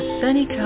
sunny